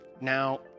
Now